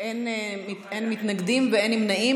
אין מתנגדים, אין נמנעים.